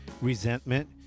resentment